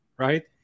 Right